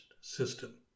system